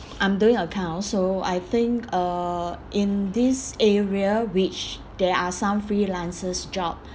I'm doing accounts so I think uh in this area which there are some freelancers job